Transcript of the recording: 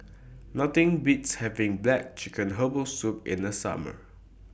Nothing Beats having Black Chicken Herbal Soup in The Summer